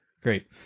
Great